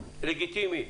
לגיטימי.